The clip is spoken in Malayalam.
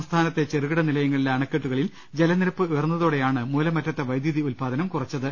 സംസ്ഥാനത്തെ ചെറുകിട നിലയങ്ങളിലെ അണക്കെട്ടുകളിൽ ജലനിരപ്പ് ഉയർന്നതോടെയാണു മൂലമറ്റത്തെ വൈദ്യുതി ഉൽപാദനം കുറച്ചത്